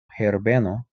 herbeno